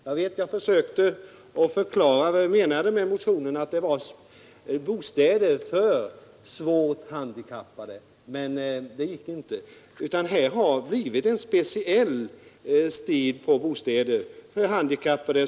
Jag försökte förklara vad vi menade med motionerna, nämligen att det gällde bostäder för svårt handikappade. Men det gick inte. Det har blivit en speciell stil på bostäderna för de handikappade.